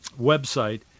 website